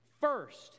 First